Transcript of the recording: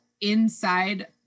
inside